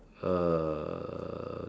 uh